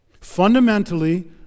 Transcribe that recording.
Fundamentally